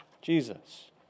Jesus